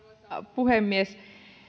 puhemies